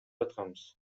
жатканбыз